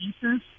pieces